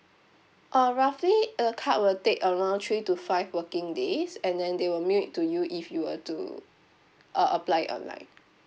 uh roughly a card will take around three to five working days and then they will mail it to you if you were to uh apply it online